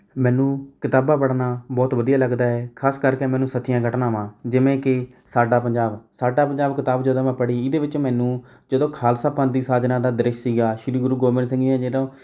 ਮੈਨੂੰ ਕਿਤਾਬਾਂ ਪੜ੍ਹਨਾ ਬਹੁਤ ਵਧੀਆ ਲੱਗਦਾ ਹੈ ਖਾਸ ਕਰਕੇ ਮੈਨੂੰ ਸੱਚੀਆਂ ਘਟਨਾਵਾਂ ਜਿਵੇਂ ਕਿ ਸਾਡਾ ਪੰਜਾਬ ਸਾਡਾ ਪੰਜਾਬ ਕਿਤਾਬ ਜਦੋਂ ਮੈਂ ਪੜ੍ਹੀ ਇਹਦੇ ਵਿੱਚ ਮੈਨੂੰ ਜਦੋਂ ਖਾਲਸਾ ਪੰਥ ਦੀ ਸਾਜਨਾ ਦਾ ਦ੍ਰਿਸ਼ ਸੀਗਾ ਸ਼੍ਰੀ ਗੁਰੂ ਗੋਬਿੰਦ ਸਿੰਘ ਜੀ ਨੇ ਜਦੋਂ